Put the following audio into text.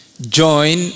join